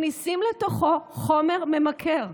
הן מכניסים לתוכו חומר ממכר.